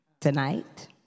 Tonight